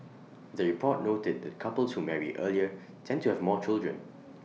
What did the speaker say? the report noted that couples who marry earlier tend to have more children